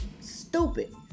Stupid